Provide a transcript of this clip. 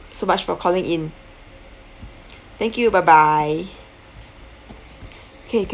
so much for calling in thank you bye bye K